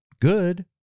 good